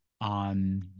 on